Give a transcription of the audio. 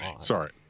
sorry